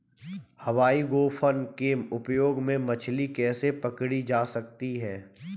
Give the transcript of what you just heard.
हवाई गोफन के उपयोग से मछली कैसे पकड़ी जा सकती है?